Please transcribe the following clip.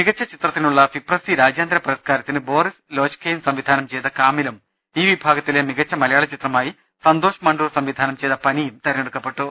മികച്ച ചിത്രത്തിനുള്ള ഫിപ്രസി രാജ്യാന്തര പുരസ്കാരത്തിന് ബോറിസ് ലോജ്കെയ്ൻ സംവിധാനം ചെയ്ത കാമിലും ഈ വിഭാഗത്തിലെ മികച്ച മലയാള ചിത്രമായി സന്തോഷ് മണ്ടൂർ സംവിധാനം ചെയ്ത പനിയും തെരഞ്ഞെടുക്കപ്പെട്ടു